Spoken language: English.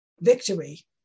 Victory